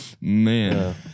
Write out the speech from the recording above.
Man